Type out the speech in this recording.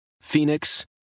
Phoenix